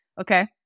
okay